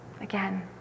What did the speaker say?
again